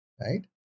Right